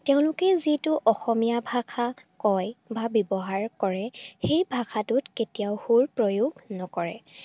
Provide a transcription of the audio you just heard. তেওঁলোকে যিটো অসমীয়া ভাষা কয় বা ব্যৱহাৰ কৰে সেই ভাষাটোত কেতিয়াও সুৰ প্ৰয়োগ নকৰে